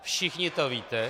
Všichni to víte.